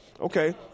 Okay